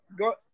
go